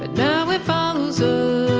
ah now it follows a